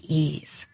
ease